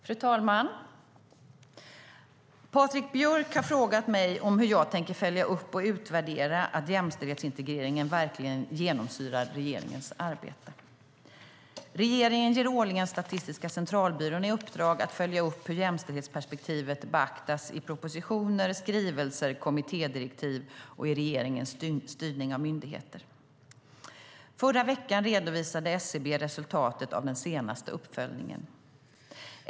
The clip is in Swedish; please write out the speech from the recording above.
Fru talman! Patrik Björck har frågat mig om hur jag tänker följa upp och utvärdera att jämställdhetsintegreringen verkligen genomsyrar regeringens arbete. Regeringen ger årligen Statistiska centralbyrån i uppdrag att följa upp hur jämställdhetsperspektivet beaktas i propositioner, skrivelser, kommittédirektiv och i regeringens styrning av myndigheter. Förra veckan redovisade SCB resultatet av den senaste uppföljningen.